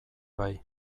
bai